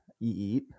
EE